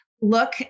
look